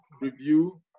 review